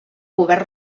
govern